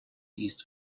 east